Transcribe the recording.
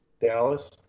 dallas